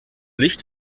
licht